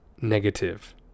negative